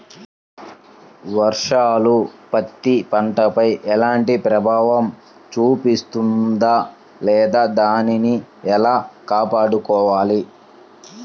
వర్షాలు పత్తి పంటపై ఎలాంటి ప్రభావం చూపిస్తుంద లేదా దానిని ఎలా కాపాడుకోవాలి?